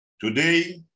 today